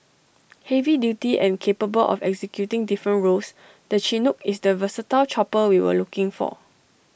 heavy duty and capable of executing different roles the Chinook is the versatile chopper we were looking for